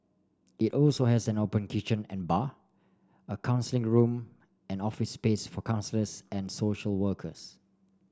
it also has an open kitchen and bar a counselling room and office space for counsellors and social workers